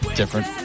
different